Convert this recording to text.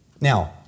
Now